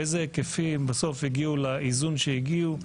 באיזה היקפים, בסוף הגיעו לאיזון שהגיעו.